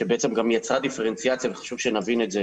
שבעצם גם יצרה דיפרנציאציה וחשוב שנבין את זה,